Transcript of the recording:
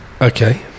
okay